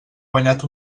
guanyat